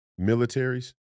militaries